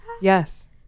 yes